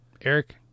Eric